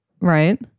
right